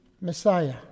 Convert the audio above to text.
Messiah